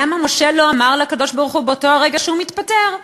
למה משה לא אמר לקדוש-ברוך-הוא באותו רגע שהוא מתפטר?